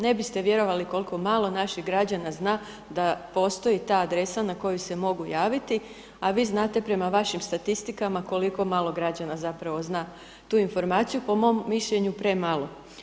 Ne biste vjerovali koliko malo naših građana zna, da postoji ta adresa na koju se mogu javiti, a vi znate prema vašim statistikama koliko malo građana zapravo zna tu informaciju, po mom mišljenju premalo.